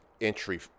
entry